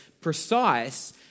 precise